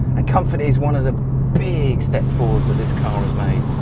and comfort is one of the big steps forward this car has made.